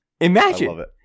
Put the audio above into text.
Imagine